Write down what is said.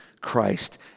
Christ